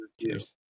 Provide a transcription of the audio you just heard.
Cheers